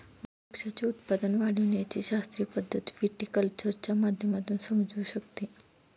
द्राक्षाचे उत्पादन वाढविण्याची शास्त्रीय पद्धत व्हिटीकल्चरच्या माध्यमातून समजू शकते